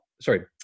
Sorry